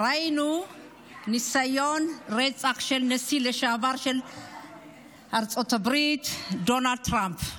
ראינו ניסיון רצח של הנשיא לשבר של ארצות הברית דונלד טראמפ.